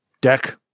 deck